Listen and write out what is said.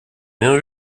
rien